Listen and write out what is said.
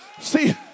See